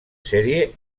sèrie